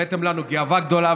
הבאתם לנו גאווה גדולה,